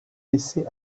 laissé